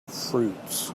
fruits